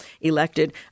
elected